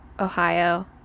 Ohio